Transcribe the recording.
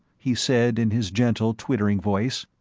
he said in his gentle twittering voice,